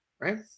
Right